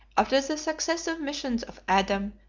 after the successive missions of adam,